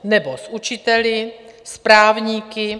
Nebo s učiteli, s právníky?